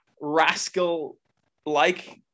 rascal-like